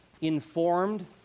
informed